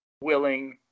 willing